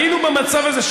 היינו במצב הזה,